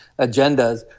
agendas